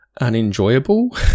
unenjoyable